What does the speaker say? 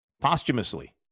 Posthumously